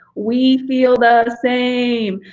we feel the same!